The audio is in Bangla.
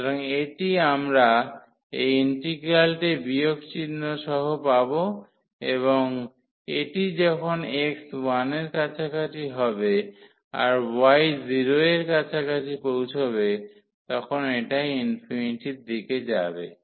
সুতরাং এটি আমরা এই ইন্টিগ্রালটি বিয়োগ চিহ্ন সহ পাবো এবং এটি যখন x 1 এর কাছাকাছি হবে আর y 0 এর কাছাকাছি পৌঁছবে তখন এটা এর দিকে যাবে